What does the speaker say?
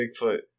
bigfoot